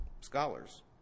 scholars